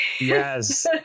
Yes